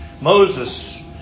Moses